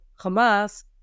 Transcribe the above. Hamas